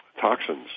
toxins